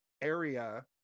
area